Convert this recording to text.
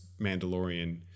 Mandalorian